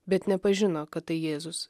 bet nepažino kad tai jėzus